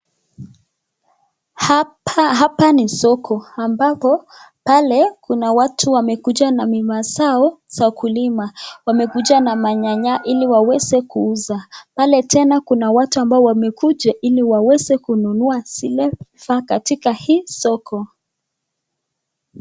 Hapa ni soko ambapo pale kuna watu wamekuja na mimea zao za kulima. Wamekuja na manyanya ili waweze kuuza. Pale tena kuna watu ambao wamekuja ili waweze kununua zile vifaa katika hii soko.